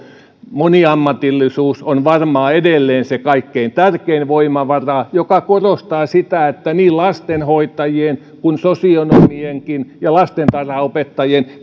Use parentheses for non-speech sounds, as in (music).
moniammatillisuus on varmaan edelleen se kaikkein tärkein voimavara mikä korostaa sitä että niin lastenhoitajien kuin sosionomien ja lastentarhanopettajien (unintelligible)